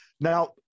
now